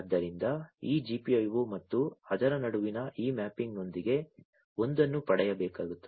ಆದ್ದರಿಂದ ಈ GPIO ಮತ್ತು ಅದರ ನಡುವಿನ ಈ ಮ್ಯಾಪಿಂಗ್ನೊಂದಿಗೆ ಒಂದನ್ನು ಪಡೆಯಬೇಕಾಗುತ್ತದೆ